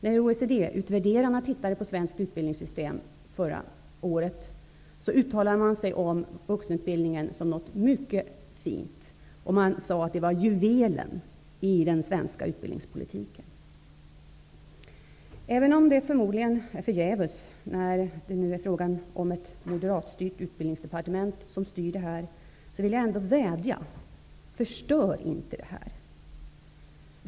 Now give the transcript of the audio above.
När OECD-utvärderarna undersökte svenskt utbildningssystem förra året uttalade de sig om vuxenutbildningen som något mycket fint. De sade att den var juvelen i den svenska utbildningspolitiken. Även om det förmodligen är förgäves när det nu är ett moderatlett Utbildningsdepartement som styr vill jag ändå vädja om att man inte skall förstöra vuxenutbildningen.